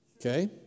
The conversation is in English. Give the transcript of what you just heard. Okay